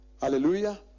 hallelujah